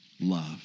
love